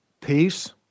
peace